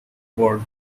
board